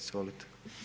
Izvolite.